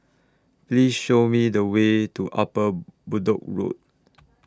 Please Show Me The Way to Upper Bedok Road